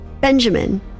Benjamin